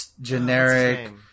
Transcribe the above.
generic